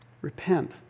Repent